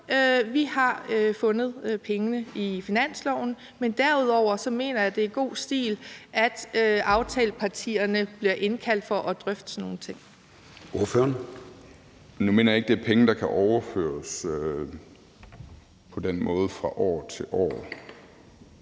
vi har fundet pengene i finansloven, men derudover mener jeg, at det er god stil, at aftalepartierne bliver indkaldt for at drøfte sådan nogle ting. Kl. 12:28 Formanden (Søren Gade): Ordføreren. Kl. 12:28 Ole Birk Olesen (LA): Nu mener jeg ikke, at det er penge, der kan overføres på den måde fra år til år.